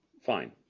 Fine